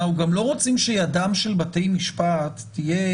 אנחנו גם לא רוצים שידם של בתי משפט תהיה